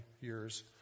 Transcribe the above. years